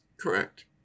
Correct